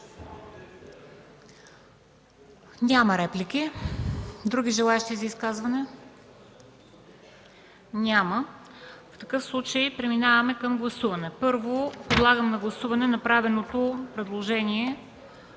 Няма реплики. Други желаещи за изказване? Няма. В такъв случай преминаваме към гласуване – първо, подлагам на гласуване направеното предложение